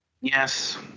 Yes